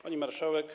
Pani Marszałek!